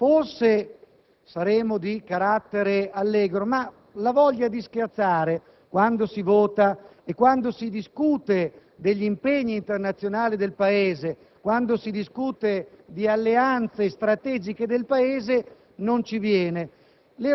forse saremo di carattere allegro, ma la voglia di scherzare quando si vota e quando si discute degli impegni internazionali e di alleanze strategiche del Paese, non ci viene.